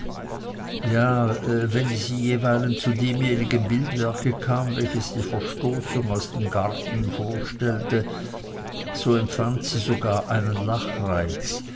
ja wenn sie jeweilen zu demjenigen bildwerke kam welches die verstoßung aus dem garten vorstellte so empfand sie sogar einen lachreiz